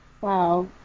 Wow